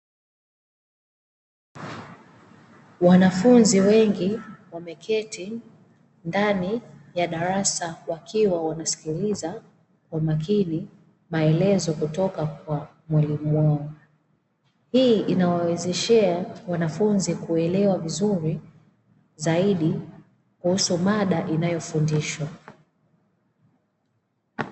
Wanafunzi wengi wameketi ndani ya darasa wakiwa wanasikiliza kwa makini maelezo kutoka kwa mwalimu wao, hii inawawezeshea wanafunzi kuelewa vizuri zaidi kuhusu mada inayofundishwa.